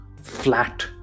flat